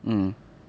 mm